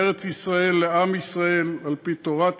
ארץ-ישראל לעם ישראל על-פי תורת ישראל,